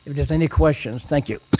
but yeah any questions. thank you.